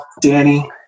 Danny